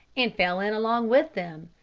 and fell in along with them,